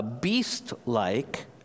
beast-like